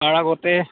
তাৰ আগতে